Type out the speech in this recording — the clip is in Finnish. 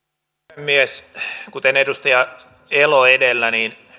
puhemies kuten edustaja elo edellä